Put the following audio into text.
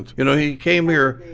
you know, he came here,